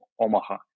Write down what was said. Omaha